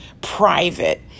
private